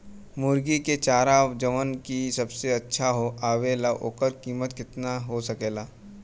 मुर्गी के चारा जवन की सबसे अच्छा आवेला ओकर कीमत केतना हो सकेला?